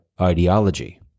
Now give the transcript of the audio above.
ideology